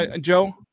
Joe